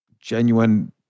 genuine